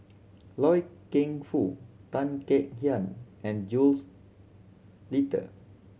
Loy Keng Foo Tan Kek Hiang and Jules Itier